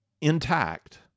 intact